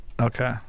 Okay